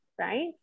right